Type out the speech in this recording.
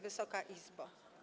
Wysoka Izbo!